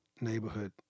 neighborhood